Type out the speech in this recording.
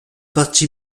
parti